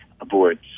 aboard